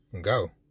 go